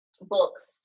books